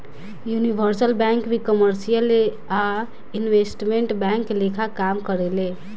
universal bank भी commercial आ investment bank लेखा काम करेले